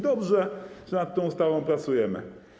Dobrze, że nad tą ustawą pracujemy.